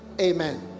amen